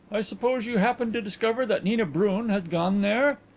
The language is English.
i suppose you happened to discover that nina brun had gone there?